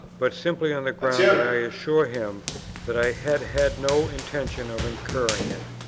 but simply on the ground that i assured him that i had had no intention of incurring it.